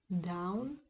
down